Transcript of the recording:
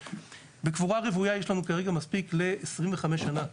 בקבורה רוויה יש לנו כרגע מספיק ל-25 שנים,